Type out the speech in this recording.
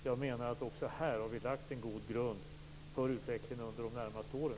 Jag menar att vi också här har lagt en god grund för utvecklingen under de närmaste åren.